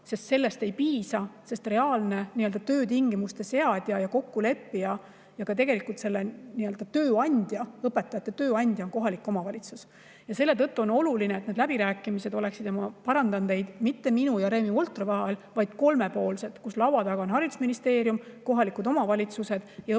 taga. Sellest ei piisa, sest reaalne töötingimuste seadja ja kokkuleppija ja tegelikult ka tööandja, õpetajate tööandja on kohalik omavalitsus. Selle tõttu on oluline, et need läbirääkimised oleksid – ma parandan teid – mitte minu ja Reemo Voltri vahel, vaid kolmepoolsed, kus laua taga on haridusministeerium, kohalikud omavalitsused ja õpetajate